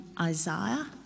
Isaiah